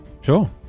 Sure